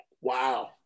wow